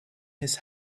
his